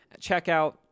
checkout